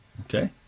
okay